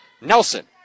nelson